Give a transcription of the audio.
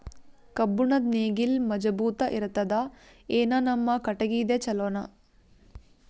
ಕಬ್ಬುಣದ್ ನೇಗಿಲ್ ಮಜಬೂತ ಇರತದಾ, ಏನ ನಮ್ಮ ಕಟಗಿದೇ ಚಲೋನಾ?